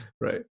Right